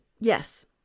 Yes